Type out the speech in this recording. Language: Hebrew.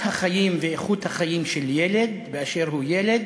החיים ואיכות החיים של ילד באשר הוא ילד,